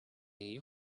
you